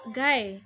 guy